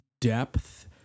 depth